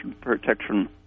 protection